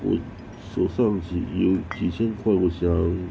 我手上只有以前怪我小